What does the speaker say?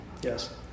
Yes